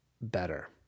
better